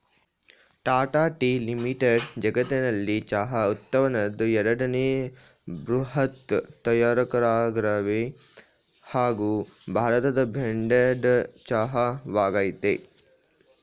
Tata tea limited ಜಗತ್ನಲ್ಲೆ ಚಹಾ ಉತ್ಪನ್ನದ್ ಎರಡನೇ ಬೃಹತ್ ತಯಾರಕರಾಗವ್ರೆ ಹಾಗೂ ಭಾರತದ ಬ್ರ್ಯಾಂಡೆಡ್ ಚಹಾ ವಾಗಯ್ತೆ